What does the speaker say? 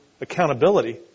accountability